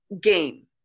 game